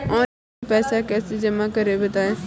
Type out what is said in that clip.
Online पैसा कैसे जमा करें बताएँ?